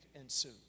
ensued